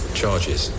charges